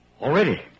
Already